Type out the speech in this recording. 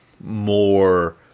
More